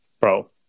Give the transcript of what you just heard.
Bro